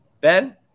Ben